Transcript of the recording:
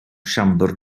siambr